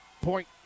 Point